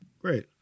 Great